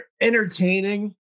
entertaining